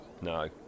No